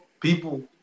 people